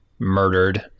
murdered